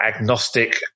agnostic